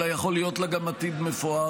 אלא שיכול להיות לה גם עתיד מפואר,